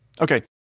Okay